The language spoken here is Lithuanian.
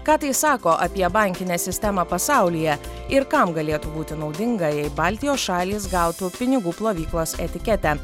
ką tai sako apie bankinę sistemą pasaulyje ir kam galėtų būti naudinga jei baltijos šalys gautų pinigų plovyklos etiketę